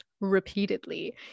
repeatedly